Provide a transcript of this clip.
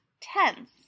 tense